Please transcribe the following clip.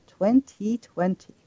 2020